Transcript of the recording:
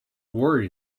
worry